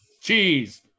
Cheese